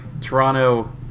toronto